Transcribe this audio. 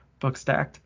Bookstacked